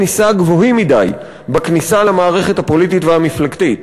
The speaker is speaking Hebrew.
יש חסמי כניסה גבוהים מדי בכניסה למערכת הפוליטית והמפלגתית.